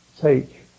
take